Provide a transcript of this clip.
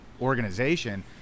organization